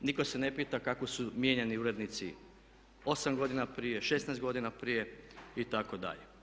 Nitko se ne pita kako su mijenjani urednici 8 godina prije, 16 godina prije itd.